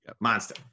Monster